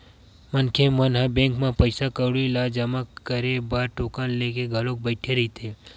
मनखे मन ह बैंक म पइसा कउड़ी ल जमा करे बर टोकन लेके घलोक बइठे रहिथे